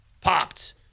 popped